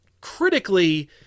critically